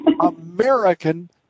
American